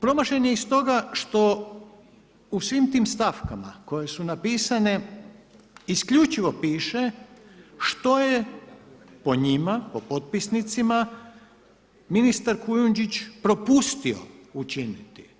Promašen je iz toga što u svim tim stavkama, koje su napisane, isključivo piše, što je po njima, po potpisnicima, ministar Kujundžić propustio učiniti.